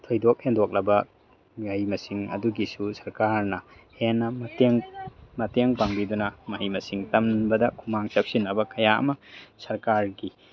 ꯊꯣꯏꯗꯣꯛ ꯍꯦꯟꯗꯣꯛꯂꯕ ꯃꯍꯩ ꯃꯁꯤꯡ ꯑꯗꯨꯒꯤꯁ ꯁꯔꯀꯥꯔꯅ ꯍꯦꯟꯅ ꯃꯇꯦꯡ ꯃꯇꯦꯡ ꯄꯥꯡꯕꯤꯗꯨꯅ ꯃꯍꯩ ꯃꯁꯤꯡ ꯇꯝꯕꯗ ꯈꯨꯃꯥꯡ ꯆꯥꯎꯁꯤꯟꯅꯕ ꯀꯌꯥ ꯑꯃ ꯁꯔꯀꯥꯔꯒꯤ